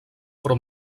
però